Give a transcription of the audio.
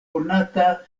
konata